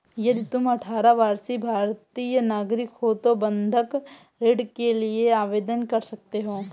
यदि तुम अठारह वर्षीय भारतीय नागरिक हो तो बंधक ऋण के लिए आवेदन कर सकते हो